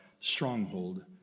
stronghold